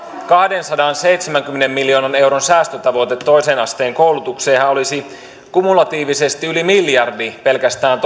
kahdensadanseitsemänkymmenen miljoonan euron säästötavoite toisen asteen koulutukseen olisi kumulatiivisesti yli miljardi pelkästään